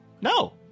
No